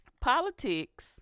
Politics